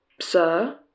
Sir